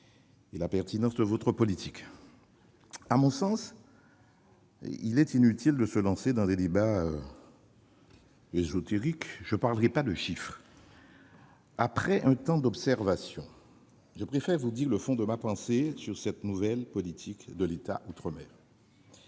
et la pertinence de votre politique, madame la ministre. À mon sens, il est inutile de se lancer dans des débats ésotériques ; je ne parlerai pas de chiffres. Après un temps d'observation, je préfère vous dire le fond de ma pensée sur cette nouvelle politique de l'État outre-mer.